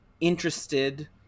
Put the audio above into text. interested